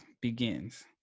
begins